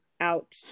out